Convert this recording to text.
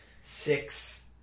six